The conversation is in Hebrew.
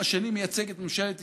השני מייצג את ממשלת ישראל?